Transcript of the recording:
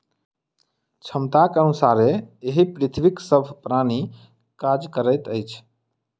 क्षमताक अनुसारे एहि पृथ्वीक सभ प्राणी काज करैत अछि